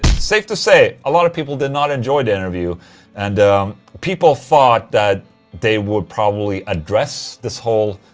safe to say a lot of people did not enjoy the interview and people thought that they would probably address this whole.